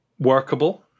Workable